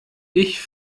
ich